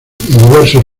diversos